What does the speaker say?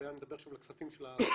אני מדבר עכשיו על הכספים של --- האחרונים